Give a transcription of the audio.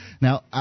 Now